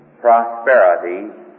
prosperity